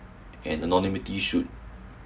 and anonymity should